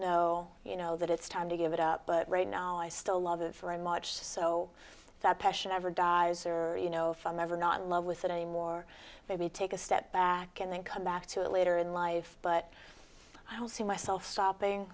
know you know that it's time to give it up but right now i still love it for much so that passion ever dies or you know if i'm never not love with it anymore maybe take a step back and then come back to it later in life but i don't see myself stopping